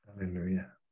hallelujah